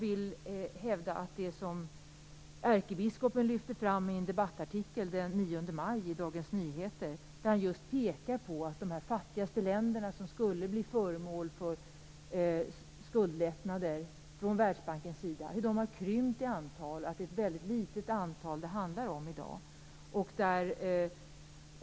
I en debattartikel den 9 maj i Dagens Nyheter pekar ärkebiskopen på att de fattigaste länderna, som skulle bli föremål för skuldlättnader från Världsbankens sida, har krympt i antal. I dag handlar det om ett mycket litet antal.